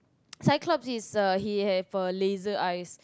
Cyclops is uh he have a laser eyes